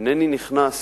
אינני נכנס